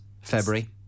February